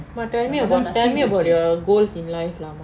ma tell me tell me about your goals in life lah amma